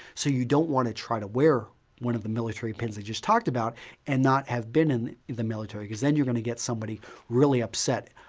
so you don't want to try to wear one of the military pins i just talked about and not have been in the military because then you're going to get somebody really upset.